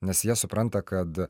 nes jie supranta kad